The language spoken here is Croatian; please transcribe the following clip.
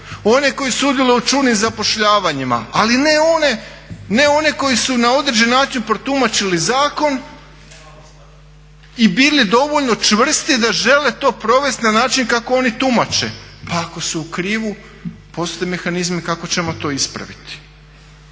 one koji sudjeluju u čudnim zapošljavanjima, ali ne one koji su na određen način protumačili zakon i bili dovoljno čvrsti da žele to provest na način kako oni tumače. Pa ako su u krivi postoje mehanizmi kako ćemo to ispraviti.